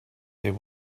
there